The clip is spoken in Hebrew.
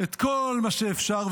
את כל מה שאפשר,